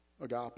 Agape